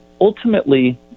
ultimately